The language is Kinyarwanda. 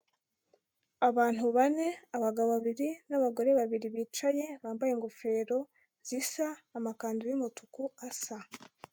Abantu bane, abagabo babiri n'abagore babiri bicaye, bambaye ingofero zisa, amakanzu y'umutuku asa.